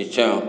ନିଶ୍ଚୟ